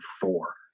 four